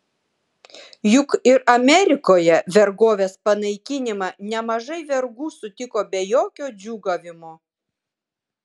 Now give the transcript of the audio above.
juk ir amerikoje vergovės panaikinimą nemažai vergų sutiko be jokio džiūgavimo